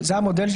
זה המודל.